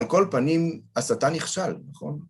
על כל פנים, הסתה נכשל, נכון?